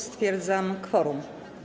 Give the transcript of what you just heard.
Stwierdzam kworum.